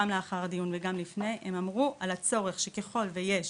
גם לאחר הדיון וגם לפניו והם אמרו על הצורך שככל ויש